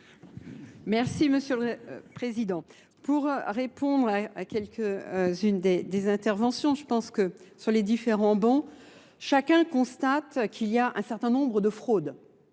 Merci Monsieur le Président. Pour répondre à quelques-unes des interventions, je pense que sur les différents bancs, chacun constate qu'il y a un certain nombre de fraudes.